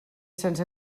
sense